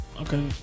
Okay